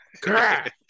Correct